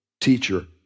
teacher